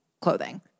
clothing